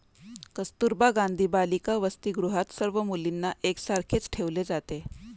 कस्तुरबा गांधी बालिका वसतिगृहात सर्व मुलींना एक सारखेच ठेवले जाते